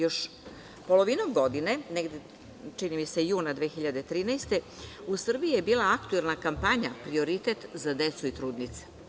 Još polovinom godine, čini mi se juna 2013. godine, u Srbiji je bila aktuelna kampanja „Prioritet za decu i trudnice“